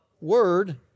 Word